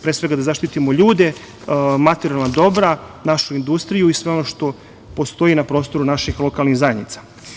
Pre svega da zaštitimo ljude, materijalna dobra, našu industriju i sve ono što postoji na prostoru naših lokalnih zajednica.